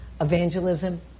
evangelism